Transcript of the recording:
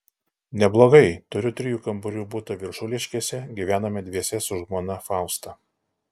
neblogai turiu trijų kambarių butą viršuliškėse gyvename dviese su žmona fausta